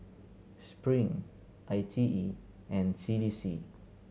Spring I T E and C D C